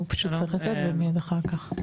הוא פשוט צריך לצאת ומיד אחר כך.